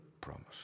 promise